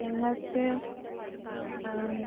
ഞങ്ങൾക്ക്